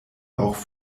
auch